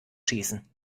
schießen